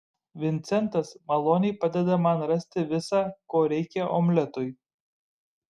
vincentas maloniai padeda man rasti visa ko reikia omletui